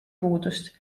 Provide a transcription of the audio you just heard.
puudust